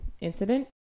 incident